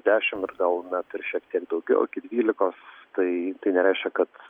dešim ir gal net ir šiek tiek daugiau iki dvylikos tai tai nereiškia kad